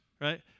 right